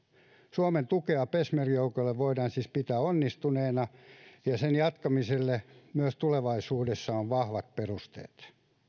suomen tukea peshmerga joukoille voidaan siis pitää onnistuneena ja sen jatkamiselle myös tulevaisuudessa on vahvat perusteet